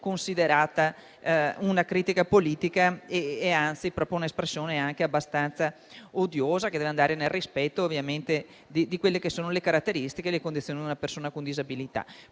considerata una critica politica; essa è anzi un'espressione abbastanza odiosa, che manca di rispetto a quelle che sono le caratteristiche e le condizioni di una persona con disabilità.